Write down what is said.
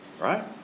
right